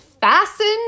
fastened